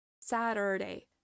Saturday